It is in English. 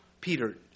Peter